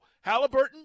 Halliburton